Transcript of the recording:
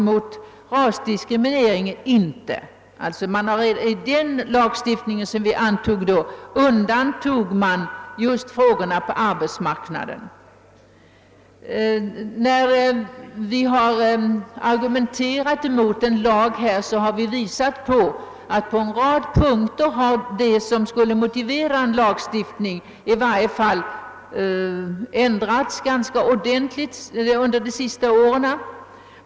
mot rasdiskriminering undantogs just frågor rörande arbetsmarknaden. När vi har argumenterat mot en lagstiftning, har vi visat på att det som skulle motivera en lagstiftning ändrats på en rad punkter ganska ordentligt under de senaste åren.